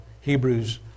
Hebrews